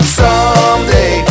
someday